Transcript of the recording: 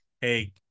Hey